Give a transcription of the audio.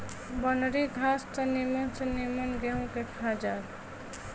बनरी घास त निमन से निमन गेंहू के खा जाई